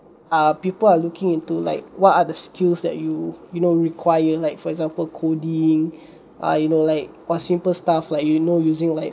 uh people are looking into like what are the skills that you you know require like for example coding uh you know like or simple stuff like you know using like